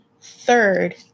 Third